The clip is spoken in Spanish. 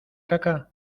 caca